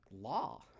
law